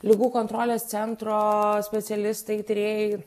ligų kontrolės centro specialistai tyrėjai